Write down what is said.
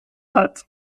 hat